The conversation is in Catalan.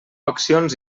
accions